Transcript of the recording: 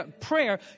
prayer